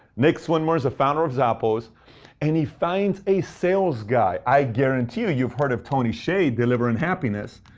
nick swinmurn is the founder of zappos and he finds a sales guy. i guarantee you you've heard of tony hsieh delivering happiness.